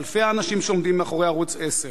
על אלפי האנשים שעומדים מאחורי ערוץ-10.